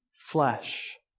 flesh